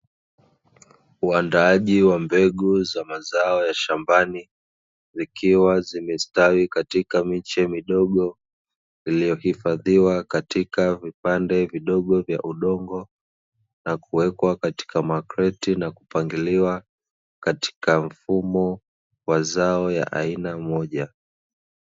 Uandaaji wa mbegu za mazao ya shambani, zikiwa zimestawi katika miche midogo, iliyohifadhiwa katika vipande vidogo vya udongo na kuwekwa katika makreti na kupangiliwa katika mfumo wa zao ya aina moja.